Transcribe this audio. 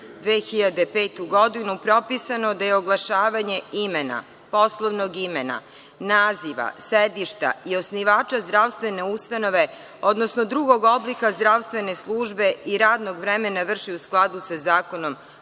79/2005 godinu propisano da je oglašavanje imena, poslovnog imena, naziva, sedišta i osnivača zdravstvene ustanove, odnosno drugog oblika zdravstvene službe i radnog vremena vrši u skladu sa Zakonom